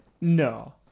No